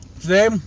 Today